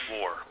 War